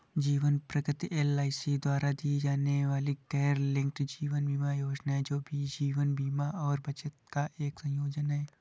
जीवन प्रगति एल.आई.सी द्वारा दी जाने वाली गैरलिंक्ड जीवन बीमा योजना है, जो जीवन बीमा और बचत का एक संयोजन है